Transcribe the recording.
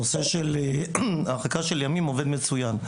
הנושא של הרחקה של ימים עובד מצוין.